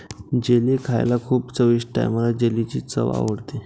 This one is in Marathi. जेली खायला खूप चविष्ट आहे मला जेलीची चव आवडते